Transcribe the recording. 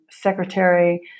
secretary